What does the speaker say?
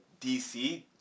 DC